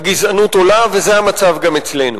הגזענות עולה, וזה המצב גם אצלנו.